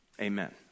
Amen